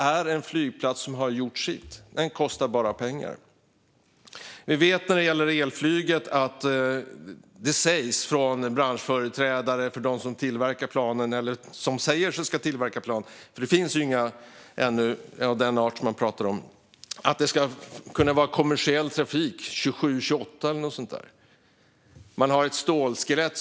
Men flygplatsen har gjort sitt, och den kostar bara pengar. Branschföreträdare som ska tillverka elplanen - det finns ännu inga - säger att de ska vara i kommersiell trafik 2027-2028. Man visar upp ett stålskelett.